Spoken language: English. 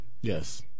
Yes